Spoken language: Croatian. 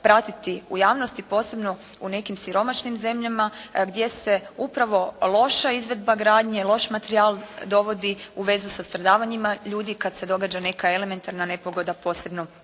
pratiti u javnosti posebno u nekim siromašnim zemljama gdje se upravo loša izvedba gradnje i loš materijal dovodi u vezu sa stradavanjima ljudi kada se događa neka elementarna nepogoda posebno